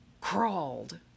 Crawled